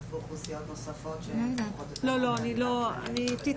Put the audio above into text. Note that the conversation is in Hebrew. באוכלוסיות נוספות שצריכות את המענה הזה?